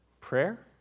prayer